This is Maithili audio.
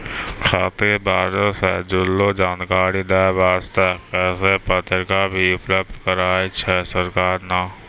खेती बारी सॅ जुड़लो जानकारी दै वास्तॅ कृषि पत्रिका भी उपलब्ध कराय छै सरकार नॅ